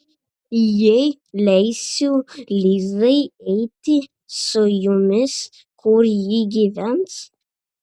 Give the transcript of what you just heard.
jei leisiu lizai eiti su jumis kur ji gyvens